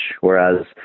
whereas